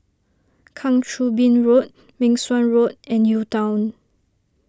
Kang Choo Bin Road Meng Suan Road and UTown